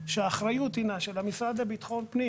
שהאחריות הינה של המשרד לביטחון פנים